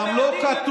גם לא כתוב.